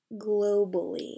globally